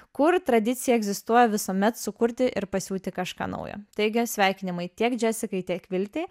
kur tradicija egzistuoja visuomet sukurti ir pasiūti kažką naujo taigi sveikinimai tiek džesi kai tiek viltei